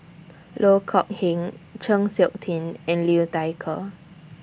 Loh Kok Heng Chng Seok Tin and Liu Thai Ker